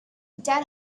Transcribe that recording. dead